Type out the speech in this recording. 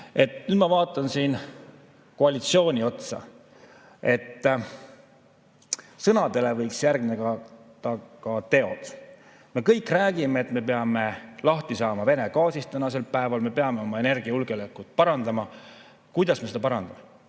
Nüüd ma vaatan siin koalitsiooni otsa. Sõnadele võiks järgneda ka teod. Me kõik räägime, et me peame lahti saama Vene gaasist tänasel päeval, me peame oma energiajulgeolekut parandama. Kuidas me seda parandame?